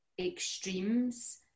extremes